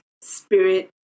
spirit